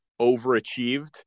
overachieved